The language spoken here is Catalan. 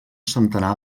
centenar